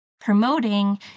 promoting